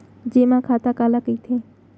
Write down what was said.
जेमा खाता काला कहिथे?